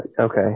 okay